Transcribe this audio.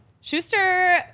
Schuster